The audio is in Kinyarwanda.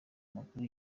amakuru